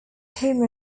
home